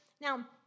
Now